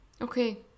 okay